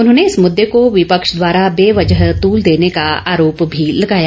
उन्होंने इस मुद्दे को विपक्ष द्वारा बेवजह तूल देने का आरोप भी लगाया